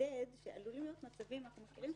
לחדד שעלולים להיות מצבים שאנחנו מכירים,